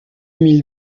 mille